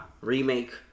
remake